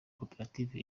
koperative